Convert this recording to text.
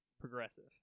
progressive